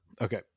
Okay